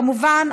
כמובן,